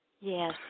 Yes